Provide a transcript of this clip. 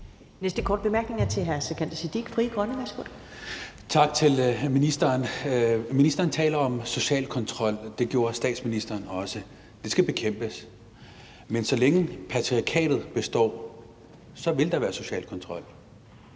Frie Grønne. Værsgo. Kl. 10:43 Sikandar Siddique (FG): Tak til ministeren. Ministeren taler om social kontrol, det gjorde statsministeren også. Det skal bekæmpes, men så længe patriarkatet består, vil der være social kontrol